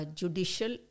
judicial